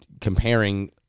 comparing